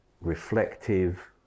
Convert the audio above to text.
reflective